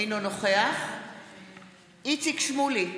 אינו נוכח איציק שמולי,